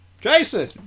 Jason